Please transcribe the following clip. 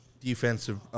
defensive